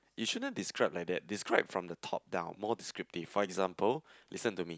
you shouldn't describe like that describe from the top down more descriptive for example listen to me